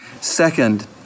Second